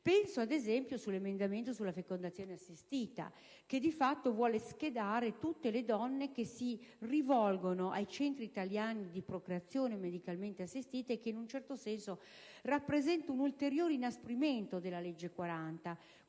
Penso ad esempio all'emendamento sulla fecondazione assistita che, di fatto, vuole schedare tutte le donne che si rivolgono ai centri italiani di procreazione medicalmente assistita e che, in un certo senso, rappresenta un ulteriore inasprimento della legge n.